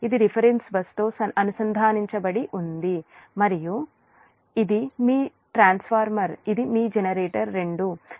ఇది రిఫరెన్స్ బస్తో అనుసంధానించబడి ఉంది మరియు ఇది మీ ట్రాన్స్ఫార్మర్ ఇది మీ జెనరేటర్ 2 దీనికి Xg2 0